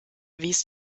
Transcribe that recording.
wies